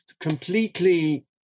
completely